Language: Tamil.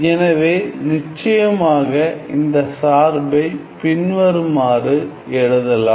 எனவே நிச்சயமாக இந்த சார்பை பின்வருமாறு எழுதலாம்